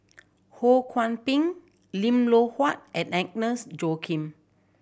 Ho Kwon Ping Lim Loh Huat and Agnes Joaquim